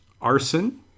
arson